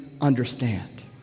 understand